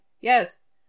Yes